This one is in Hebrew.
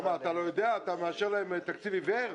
עכשיו זה הופך להיות חלק בלתי נפרד מישראל,